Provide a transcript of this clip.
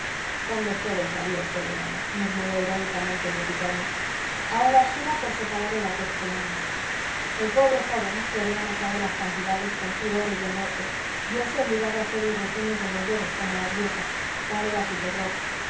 ponlos todos a diez celedonio murmuró irónicamente el boticario ahora suma por separado las dos columnas el pobre joven que había anotado las cantidades con sudores de muerte vióse obligado a hacer el resumen con los dedos como las viejas tal era su terror